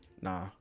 Nah